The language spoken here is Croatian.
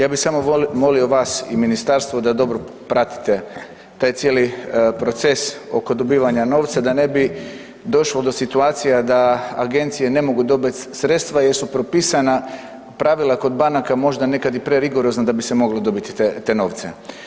Ja bih samo molio vas i ministarstvo da dobro pratite taj cijeli proces oko dobivanja novca da ne bi došlo do situacija da agencije ne mogu dobit sredstva jer su propisana pravila kod banaka možda nekad i prerigorozna da bi se moglo dobiti te novce.